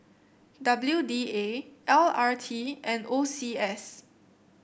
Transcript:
W D A L R T and O C S